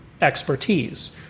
expertise